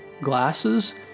glasses